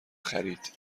خرید